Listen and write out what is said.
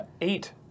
Eight